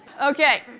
ok,